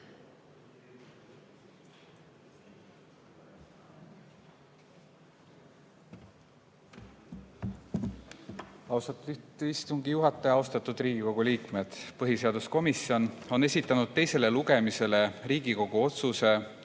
Austatud istungi juhataja! Austatud Riigikogu liikmed! Põhiseaduskomisjon on esitanud teisele lugemisele Riigikogu otsuse